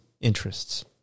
interests